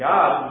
God